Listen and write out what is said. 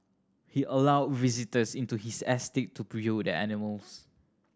he allowed visitors into his estate to the animals